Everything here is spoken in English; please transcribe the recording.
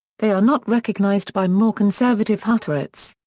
they are not recognized by more conservative hutterites.